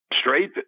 straight